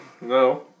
No